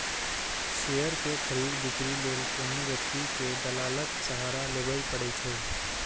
share के खरीद, बिक्री लेल कोनो व्यक्ति कें दलालक सहारा लेबैए पड़ै छै